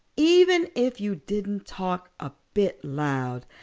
even if you didn't talk a bit loud.